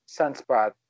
Sunspot